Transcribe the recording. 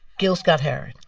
gil scott-heron